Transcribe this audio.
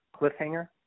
cliffhanger